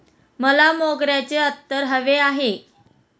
मला मोगऱ्याचे अत्तर हवे आहे